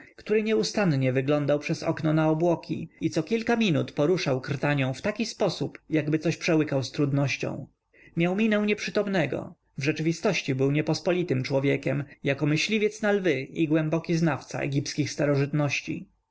który nieustannie wyglądał przez okno na obłoki i cokilka minut poruszał krtanią w taki sposób jakoby coś przełykał z trudnością miał minę nieprzytomnego w rzeczywistości był niepospolitym człowiekiem jako myśliwiec na lwy i głęboki znawca egipskich starożytności